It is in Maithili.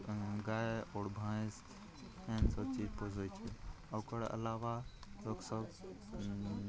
गाइ आओर भैँस एहन सब चीज पोसै छै आओर ओकर अलावा लोकसभ